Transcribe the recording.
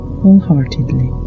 wholeheartedly